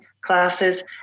classes